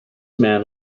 man